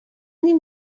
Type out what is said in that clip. این